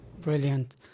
Brilliant